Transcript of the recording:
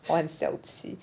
我很小气